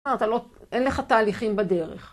אין לך תהליכים בדרך.